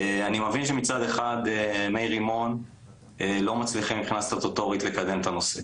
אני מבין שמצד אחד מרימון לא מצליחים מבחינה סטטוטורית לקדם את הנושא.